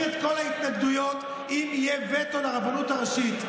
הסכמנו להסיר את כל ההתנגדויות אם יהיה וטו לרבנות הראשית,